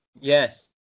Yes